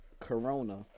Corona